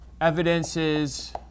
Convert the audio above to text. evidences